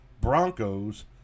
Broncos